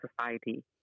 society